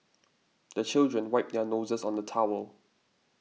the children wipe their noses on the towel